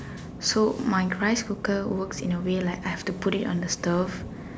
so my rice cooker work in a way like I have to put it on the stove